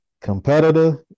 competitor